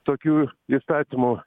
tokių įstatymų